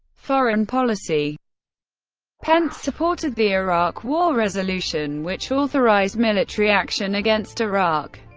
foreign policy pence supported the iraq war resolution, which authorized military action against iraq.